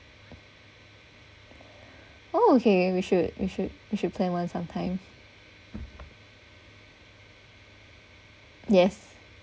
oh !hey! we should you should you should plan one sometime yes